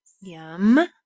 Yum